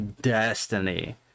destiny